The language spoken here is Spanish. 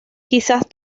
quizás